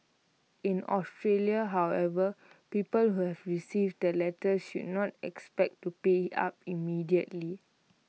in Australia however people who have received the letters should not expect to pay up immediately